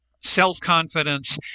self-confidence